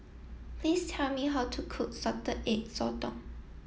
please tell me how to cook Salted Egg Sotong